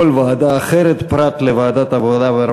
לכל ועדה אחרת פרט לוועדת העבודה,